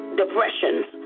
depressions